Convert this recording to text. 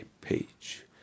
page